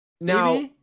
Now